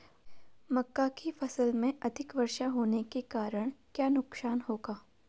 मक्का की फसल में अधिक वर्षा होने के कारण क्या नुकसान होगा?